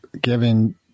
giving